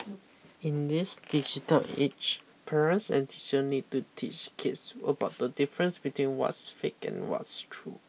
in this digital age parents and teacher need to teach kids about the difference between what's fake and what's true